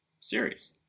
series